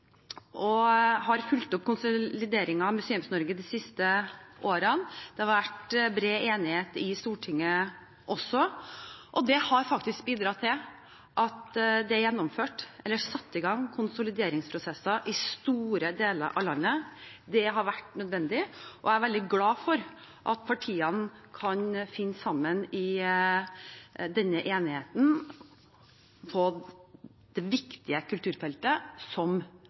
har fulgt opp konsolideringen av Museums-Norge de siste årene. Det har vært bred enighet også i Stortinget, og det har faktisk bidratt til at det er satt i gang konsolideringsprosesser i store deler av landet. Det har vært nødvendig, og jeg er veldig glad for at partiene kan finne sammen og være enige på det viktige kulturfeltet som